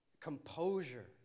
composure